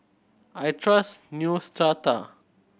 I trust Neostrata